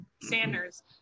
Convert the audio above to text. Sanders